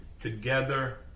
together